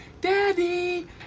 Daddy